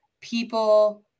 People